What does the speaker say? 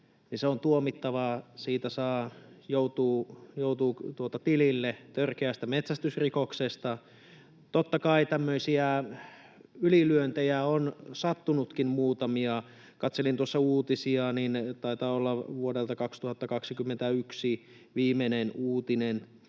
se on tuomittavaa, siitä joutuu tilille törkeästä metsästysrikoksesta. Totta kai tämmöisiä ylilyöntejä on sattunutkin muutamia. Kun katselin tuossa uutisia, niin taitaa olla vuodelta 2021 viimeinen uutinen